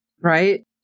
Right